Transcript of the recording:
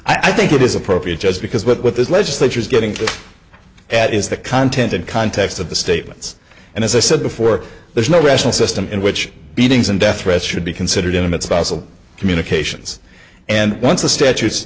that i think it is appropriate just because with this legislature is getting to that is the content and context of the statements and as i said before there's no rational system in which beatings and death threats should be considered intimate spousal communications and once the statutes